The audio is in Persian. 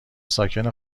ساکن